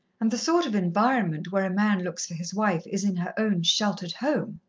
and the sort of environment where a man looks for his wife is in her own sheltered home,